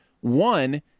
one